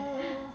err